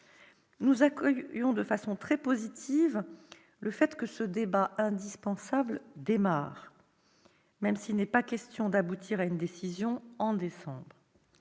Nous accueillons de façon très positive le démarrage de ce débat indispensable, même s'il n'est pas question d'aboutir à une décision en décembre.